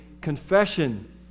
confession